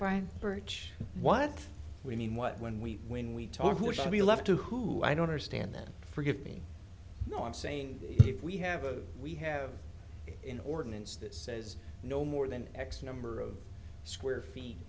birch what we mean what when we when we talk who should be left to who i don't understand then forgive me no i'm saying if we have a we have in ordinance that says no more than x number of square feet